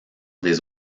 des